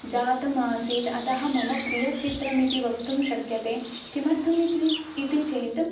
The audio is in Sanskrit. जातम् आसीत् अतः मम प्रिय चित्रम् इति वक्तुं शक्यते किमर्थम् इति चेत्